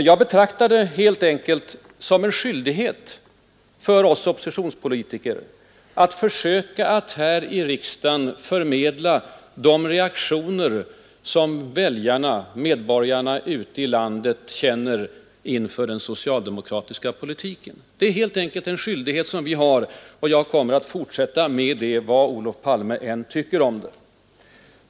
Jag betraktar det helt enkelt som en skyldighet för oss oppositionspolitiker att försöka att här i riksdagen förmedla den reaktion som väljarna, medborgarna ute i landet, känner inför den socialdemokratiska politiken. Det är vår skyldighet, och jag kommer att fortsätta med det vad Olof Palme än tycker om det.